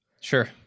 Sure